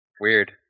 Weird